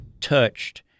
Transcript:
touched